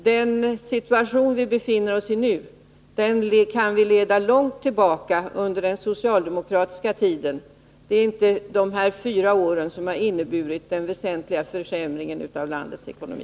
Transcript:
Den situation vi befinner oss i nu kan vi leda långt tillbaka till den socialdemokratiska tiden. Det är inte de här fyra senaste åren som har inneburit den väsentliga försämringen av landets ekonomi.